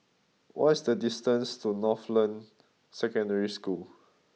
what is the distance to Northland Secondary School